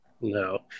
No